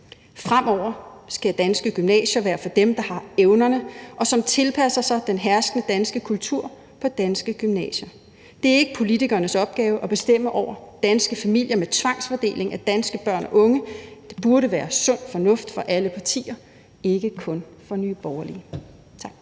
Fremover skal danske gymnasier være for dem, der har evnerne, og som tilpasser sig den herskende danske kultur på danske gymnasier. Det er ikke politikernes opgave at bestemme over danske familier med tvangsfordeling af danske børn og unge. Det burde være sund fornuft for alle partier, ikke kun for Nye Borgerlige.